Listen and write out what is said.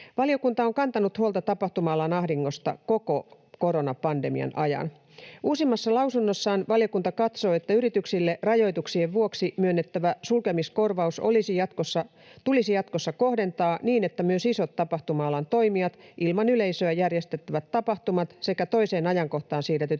Valiokunta on kantanut huolta tapahtuma-alan ahdingosta koko koronapandemian ajan. Uusimmassa lausunnossaan valiokunta katsoo, että yrityksille rajoituksien vuoksi myönnettävä sulkemiskorvaus tulisi jatkossa kohdentaa niin, että myös isot tapahtuma-alan toimijat, ilman yleisöä järjestettävät tapahtumat sekä toiseen ajankohtaan siirretyt